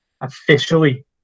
officially